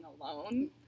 alone